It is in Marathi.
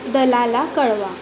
दलाला कळवा